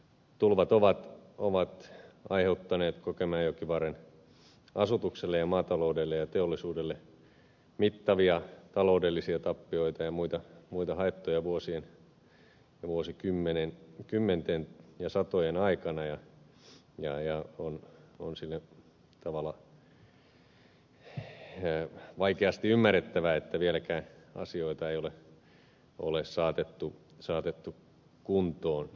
tulvat ovat aiheuttaneet kokemäenjokivarren asutukselle ja maataloudelle ja teollisuudelle mittavia taloudellisia tappioita ja muita haittoja vuosien ja vuosikymmenten ja satojen aikana ja on sillä tavalla vaikeasti ymmärrettävää että vieläkään asioita ei ole saatettu kuntoon